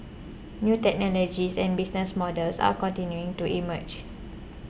new technologies and business models are continuing to emerge